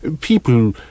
People